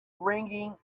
ringing